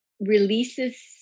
releases